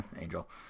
Angel